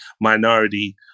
minority